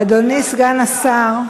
אדוני סגן השר,